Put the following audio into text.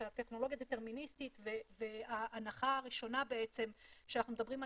שהטכנולוגיה דטרמיניסטית וההנחה הראשונה בעצם שאנחנו מדברים עליה,